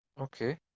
okay